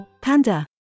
Panda